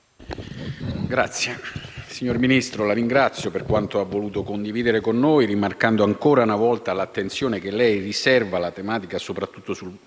Signor Ministro, la ringrazio per quanto ha voluto condividere con noi, rimarcando ancora una volta l'attenzione che lei riserva alla tematica, soprattutto sul